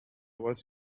was